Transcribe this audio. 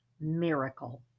miracle